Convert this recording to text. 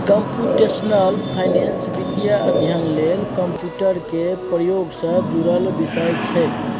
computational finance वित्तीय अध्ययन लेल कंप्यूटर केर प्रयोग सँ जुड़ल विषय छै